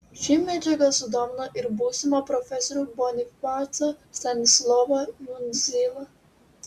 ši medžiaga sudomino ir būsimą profesorių bonifacą stanislovą jundzilą